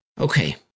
Okay